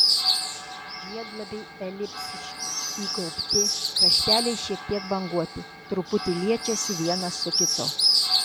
žiedlapiai elipsiški įgaubti krašteliai šiek tiek banguoti truputį liečiasi vienas su kitu